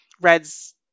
Red's